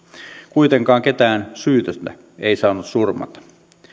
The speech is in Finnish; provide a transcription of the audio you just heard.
kuitenkaan ketään syytöntä ei saanut surmata